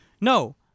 no